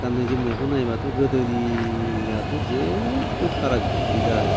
गाननाय जोमनायखौ नायोबाथ' गोदोनियाथ' जेबो फाराग गैला आरो